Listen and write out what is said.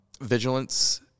Vigilance